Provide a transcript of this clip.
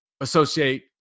associate